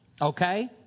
okay